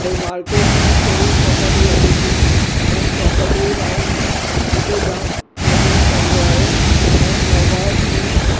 भई मार्केट में कहिड़ी र्प्रोपर्टी हले थी ऐं र्प्रोपर्टीअ जे बारे में मूंखे जामु फ़ाइदो पवंदो आहे ऐं नवभारत में